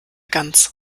ganz